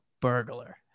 burglar